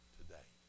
today